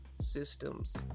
Systems